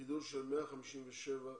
גידול של 157 אחוזים.